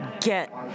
get